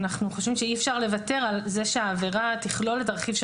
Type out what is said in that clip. אנחנו חושבים שאי אפשר לוותר על זה שהעבירה תכלול את הרכיב של